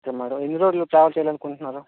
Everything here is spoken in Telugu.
ఓకే మ్యాడం ఎన్ని రోజులు ట్రావెల్ చేయాలనుకుంటున్నారు